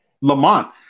Lamont